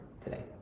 today